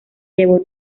llevó